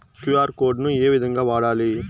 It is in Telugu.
క్యు.ఆర్ కోడ్ ను ఏ విధంగా వాడాలి?